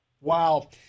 Wow